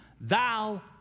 Thou